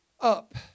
up